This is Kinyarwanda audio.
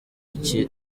iki